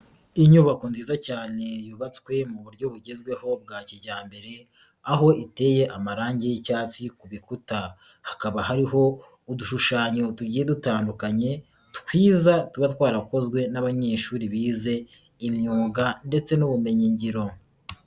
Inyubako nziza cyane yubatswe mu buryo bugezweho bwa kijyambere, aho iteye amarangi y'icyatsi ku bikuta, hakaba hariho udushushanyo tugiye dutandukanye twiza tuba twarakozwe n'abanyeshuri bize imyuga ndetse n'ubumenyingiro.